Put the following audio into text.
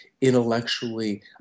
intellectually